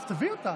אם כך,